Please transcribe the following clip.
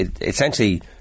Essentially